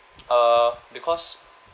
uh because